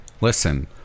listen